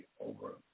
over